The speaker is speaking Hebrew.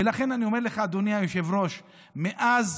ולכן אני אומר לך, אדוני היושב-ראש, שמאז